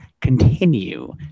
continue